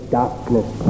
darkness